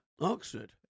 Oxford